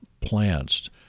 plants